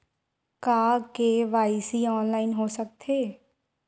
का KYC online हो सकथे?